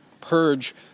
purge